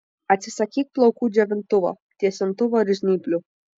atsisakyk plaukų džiovintuvo tiesintuvo ir žnyplių